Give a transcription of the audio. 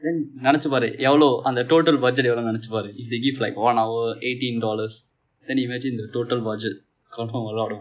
then நினைத்து பாரு எவ்வளவு அந்த:ninaiththu paaru evvalavu andtha total budget எவ்வளவுனு நினைத்து பாரு:evalavunu ninaththu paaru if they give like one hour eighteen dollars then imagine the total budget confirm a lot of